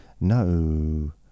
No